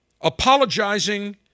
Apologizing